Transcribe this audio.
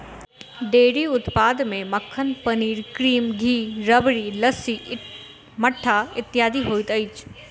dairy उत्पाद मे मक्खन, पनीर, क्रीम, घी, राबड़ी, लस्सी, मट्ठा इत्यादि होइत अछि